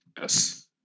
Yes